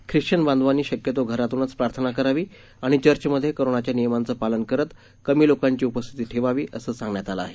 Christian बांधवांनी शक्यतो घरातूनच प्रार्थना करावी आणि चर्चमधे कोरोनाच्या नियमांचं पालन करत कमी लोकांची उपस्थिती ठेवावी असंही सांगण्यात आलं आहे